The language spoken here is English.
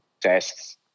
tests